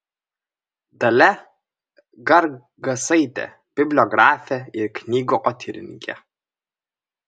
dalia gargasaitė bibliografė ir knygotyrininkė